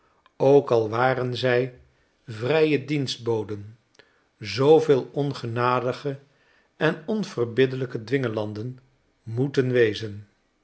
ook al waren zij vrije dienstboden zooveel ongenadige en onverbiddelijke dwingelanden moeten wezen